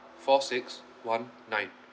four six one nine